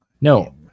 No